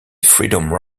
freedom